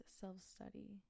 self-study